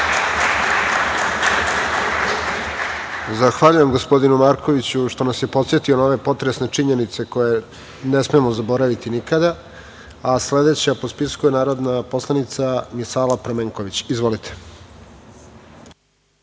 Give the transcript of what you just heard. Zahvaljujem gospodinu Markoviću, što nas je podsetio na ove potresne činjenice koje ne smemo zaboraviti nikada. Sledeća po spisku je narodna poslanica Misala Pramenković. Izvolite.